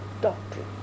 doctrine